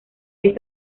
seis